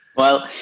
well,